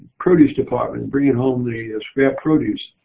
produce department bringing home the scrap produce.